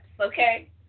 okay